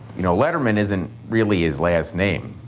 you know letterman isn't really his last name.